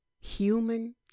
human